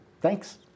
thanks